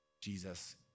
Jesus